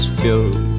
filled